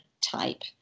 type